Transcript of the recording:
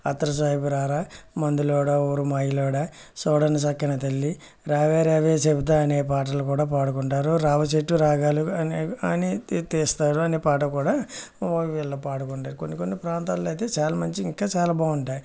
అత్తరు సాయిబు రారా మందులోడా ఓరి మాయలోడ చూడని చక్కని తల్లి రావే రావే చెప్తా అనే పాటలు కూడా పాడుకుంటారు రావి చెట్టు రాగాలు అనేవి అణి తీస్తారు అనే పాట కూడా వీళ్ళు పాడుకుంటారు కొన్ని కొన్ని ప్రాంతాలలో అయితే చాలా మంచి ఇంకా చాలా బాగుంటాయి